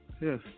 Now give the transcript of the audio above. yes